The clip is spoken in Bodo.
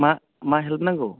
मा मा हेल्प नांगौ